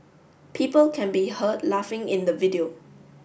people can be heard laughing in the video